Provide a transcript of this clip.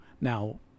Now